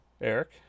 Eric